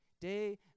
day